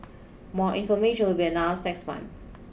more information will be announced next month